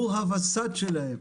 הוא הווסת שלהם.